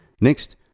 Next